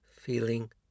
feeling